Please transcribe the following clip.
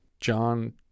John